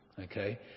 Okay